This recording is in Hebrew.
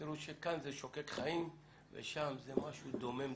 תראו שכאן זה שוקק חיים ושם זה משהו דומם,